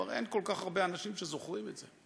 כבר אין כל כך הרבה אנשים שזוכרים את זה,